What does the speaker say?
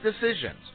decisions